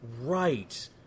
Right